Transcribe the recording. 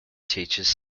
teaches